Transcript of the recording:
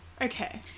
okay